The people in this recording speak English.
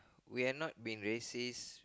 we are not being racist